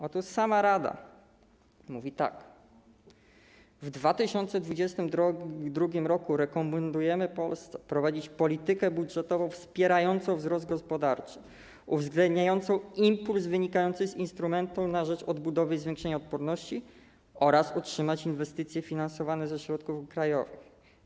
Otóż sama Rada mówi tak: W 2022 r. rekomendujemy Polsce prowadzić politykę budżetową wspierającą wzrost gospodarczy, uwzględniającą impuls wynikający z instrumentu na rzecz odbudowy i zwiększenia odporności oraz utrzymać inwestycje finansowane ze środków krajowych.